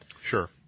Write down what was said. Sure